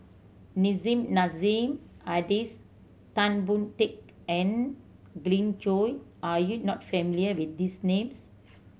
Nissim Nassim Adis Tan Boon Teik and Glen Goei are you not familiar with these names